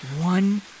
one